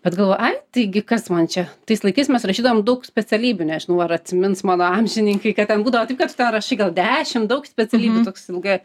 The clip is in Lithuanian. bet galvoju ai taigi kas man čia tais laikais mes rašydavom daug specialybių nežinau ar atsimins mano amžininkai kad ten būdavo taip kad tu ten rašai gal dešim daug specialybių toks ilga